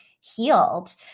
healed